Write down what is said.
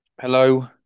hello